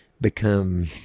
become